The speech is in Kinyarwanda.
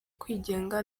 kwigenga